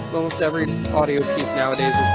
almost every audio piece nowadays